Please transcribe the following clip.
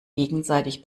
gegenseitig